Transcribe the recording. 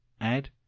add